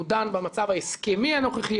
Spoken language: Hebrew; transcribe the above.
הוא דן במצב ההסכמי הנוכחי,